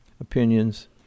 opinions